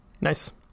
Nice